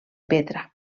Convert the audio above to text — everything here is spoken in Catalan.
petra